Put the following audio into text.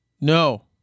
No